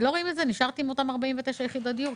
אני רואה שנשארנו עם אותם 49 יחידות דיור,